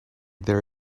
there